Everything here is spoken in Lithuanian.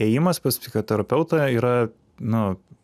ėjimas pas psichoterapeutą yra nu